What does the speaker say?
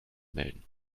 melden